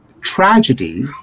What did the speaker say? tragedy